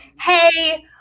hey